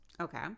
Okay